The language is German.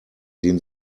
den